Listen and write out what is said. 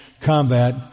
combat